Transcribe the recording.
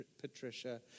Patricia